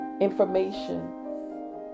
information